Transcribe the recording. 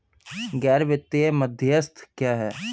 गैर वित्तीय मध्यस्थ क्या हैं?